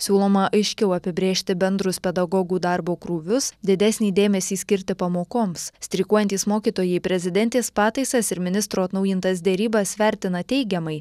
siūloma aiškiau apibrėžti bendrus pedagogų darbo krūvius didesnį dėmesį skirti pamokoms streikuojantys mokytojai prezidentės pataisas ir ministro atnaujintas derybas vertina teigiamai